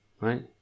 right